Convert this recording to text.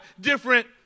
different